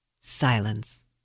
Silence